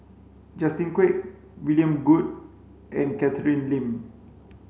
Justin Quek William Goode and Catherine Lim